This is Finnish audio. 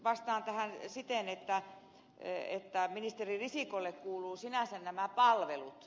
vastaan tähän siten että ministeri risikolle kuuluvat sinänsä nämä palvelut